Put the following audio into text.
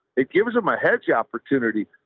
it gives them a headshot opportunity.